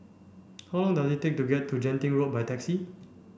how long does it take to get to Genting Road by taxi